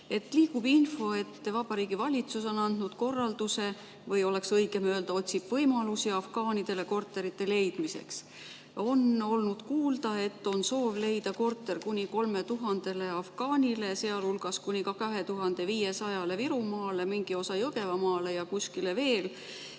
Liigub info, et Vabariigi Valitsus on andnud korralduse, või oleks äkki õigem öelda, et otsib võimalusi afgaanidele korterite leidmiseks. On olnud kuulda, et on soov leida korter kuni 3000 afgaanile, sealhulgas kuni 2500‑le Virumaal, mingile osale Jõgevamaal ja kuskile veel.